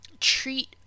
treat